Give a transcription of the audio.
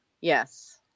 Yes